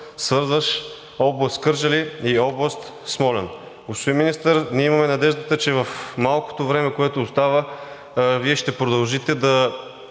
свързващ област Кърджали и област Смолян? Господин Министър, ние имаме надеждата, че в малкото време, което остава, Вие ще продължите да